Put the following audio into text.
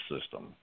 system